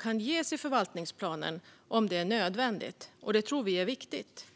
kan ges undantag om det är nödvändigt. Det tror vi är viktigt.